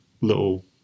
little